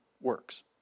works